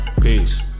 Peace